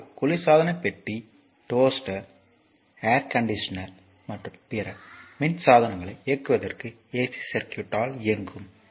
ஆகவே குளிர்சாதன பெட்டி டோஸ்டர் ஏர் கண்டிஷனர் மற்றும் பிற மின் சாதனங்களை இயக்குவதற்கு ஏசி சர்க்யூட் ஆல் இயங்கும்